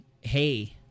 hey